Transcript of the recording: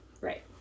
Right